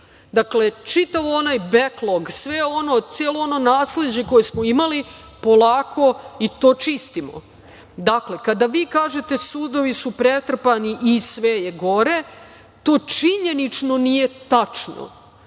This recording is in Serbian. primi. Dakle, čitav onaj backlog, celo ono nasleđe koje smo imali, polako i to čistimo. Dakle, kada vi kažete – sudovi su pretrpani i sve je gore, to činjenično nije tačno.